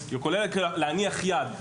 זה כולל להניח יד.